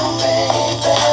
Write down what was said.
baby